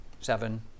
seven